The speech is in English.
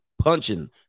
punching